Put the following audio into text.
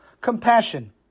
compassion